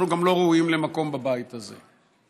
אנחנו גם לא ראויים למקום בבית הזה.